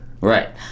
Right